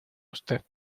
usted